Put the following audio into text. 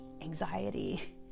anxiety